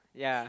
yeah